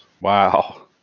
Wow